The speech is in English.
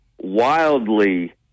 wildly